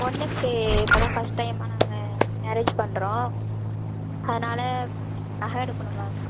பொண்ணுக்கு இப்போ தான் ஃபஸ்ட் டைமா நாங்கள் மேரேஜ் பண்ணுறோம் அதனால் நகை எடுக்கணும் மேம்